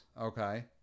okay